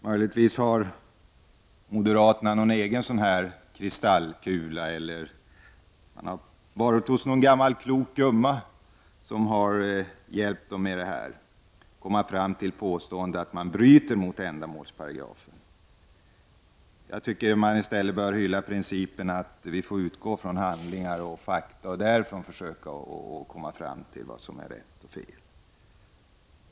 Möjligtvis har moderaterna en egen kristallkula eller tillgång till en gammal klok gumma som har hjälpt dem att komma fram till påståendet att regeringen bryter mot ändamålsparagrafen. Jag tycker i stället att man bör hylla principen att utgå från handlingar och fakta samt med hjälp av dessa komma fram till vad som är rätt resp. fel.